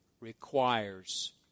requires